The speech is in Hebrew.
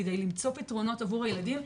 כדי למצוא פתרונות עבור הילדים,